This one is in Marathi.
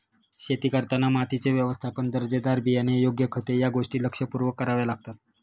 शेती करताना मातीचे व्यवस्थापन, दर्जेदार बियाणे, योग्य खते या गोष्टी लक्षपूर्वक कराव्या लागतात